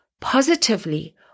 positively